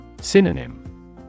Synonym